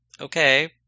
okay